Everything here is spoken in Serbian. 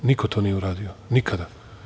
Niko to nije uradio, nikada.